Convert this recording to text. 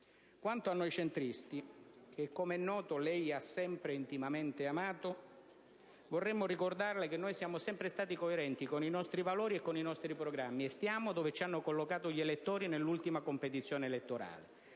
Quanto a noi centristi che, com'è noto, lei ha sempre intimamente amato, vorremo ricordarle che siamo sempre stati coerenti con i nostri valori e programmi e stiamo dove ci hanno collocato gli elettori nell'ultima competizione elettorale,